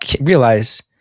realize-